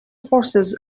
forces